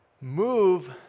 move